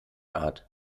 art